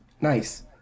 Nice